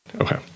okay